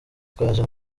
twaje